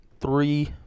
three